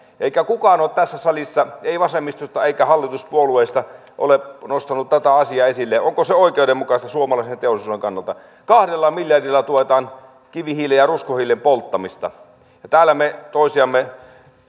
ei kukaan ole tässä salissa ei vasemmistosta eikä hallituspuolueista nostanut tätä asiaa esille onko se oikeudenmukaista suomalaisen teollisuuden kannalta kahdella miljardilla tuetaan kivihiilen ja ruskohiilen polttamista täällä me toisiamme